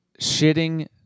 shitting